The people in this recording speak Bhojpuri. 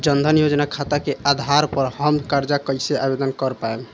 जन धन योजना खाता के आधार पर हम कर्जा कईसे आवेदन कर पाएम?